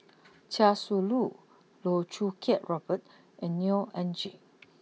Chia Shi Lu Loh Choo Kiat Robert and Neo Anngee